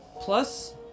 Plus